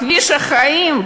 בכביש החיים,